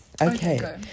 Okay